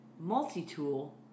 multi-tool